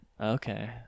Okay